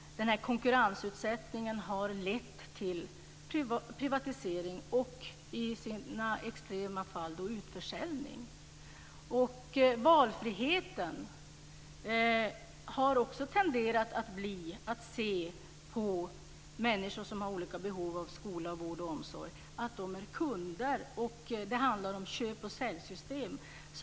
Konkurrensutsättningen har lett till privatisering och i extrema fall utförsäljning. Valfriheten har också tenderat att leda till att man ser på människor som har olika behov av skola, vård och omsorg som kunder. Det handlar om köp-och-sälj-system.